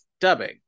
dubbing